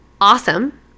awesome